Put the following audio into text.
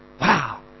Wow